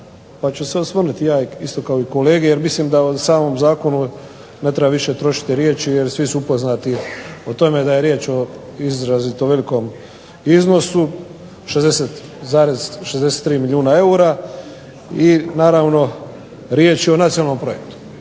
pa ću se osvrnuti i ja kao i kolege, jer mislim da o samom zakonu ne treba više trošiti riječi jer svi su upoznati da je riječ o izrazito velikom iznosu 60,63 milijuna eura i naravno riječ je o nacionalnom projektu.